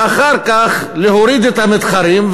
ואחר כך להוריד את המתחרים,